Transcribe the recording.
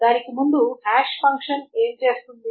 దానికి ముందు hash function ఏమి చేస్తుంది